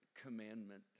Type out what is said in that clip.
commandment